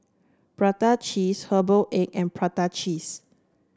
Prata Cheese Herbal Egg and Prata Cheese